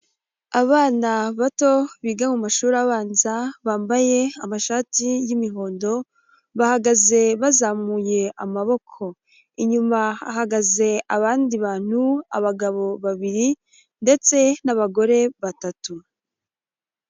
Abana bato biga mu mashuri abanza, bambaye amashati y'imihondo, bahagaze bazamuye amaboko. Inyuma hahagaze abandi bantu; abagabo babiri ndetse n'abagore batatu.